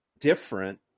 different